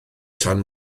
tan